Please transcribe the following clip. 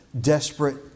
desperate